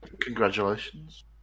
Congratulations